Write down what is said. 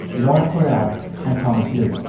laura kwerel and thomas lu.